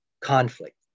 conflict